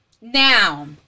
Now